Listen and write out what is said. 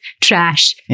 trash